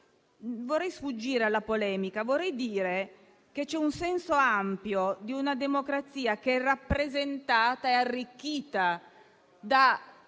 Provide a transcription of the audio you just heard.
vorrei sfuggire alla polemica, per dire che c'è il senso ampio di una democrazia che è rappresentata e arricchita da